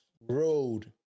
road